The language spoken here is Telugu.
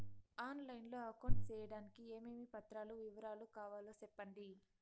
ఆన్ లైను లో అకౌంట్ సేయడానికి ఏమేమి పత్రాల వివరాలు కావాలో సెప్పండి?